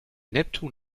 neptun